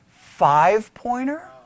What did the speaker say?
five-pointer